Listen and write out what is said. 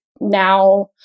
now